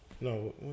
No